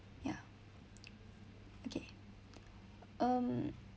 ya okay um